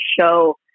show